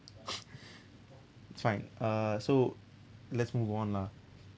it's fine uh so let's move on lah